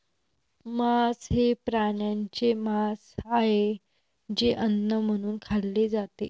मांस हे प्राण्यांचे मांस आहे जे अन्न म्हणून खाल्ले जाते